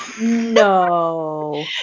No